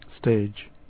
stage